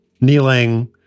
kneeling